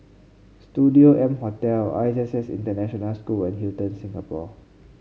Studio M Hotel I S S International School and Hilton Singapore